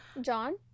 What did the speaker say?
John